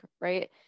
right